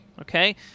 okay